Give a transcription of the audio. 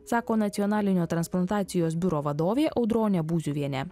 sako nacionalinio transplantacijos biuro vadovė audronė būziuvienė